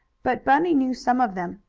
but bunny knew some of them,